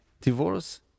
divorce